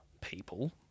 people